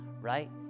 right